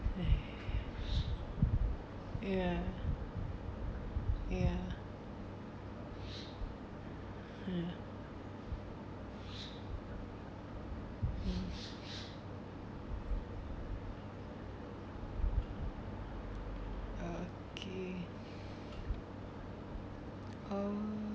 ya ya ya okay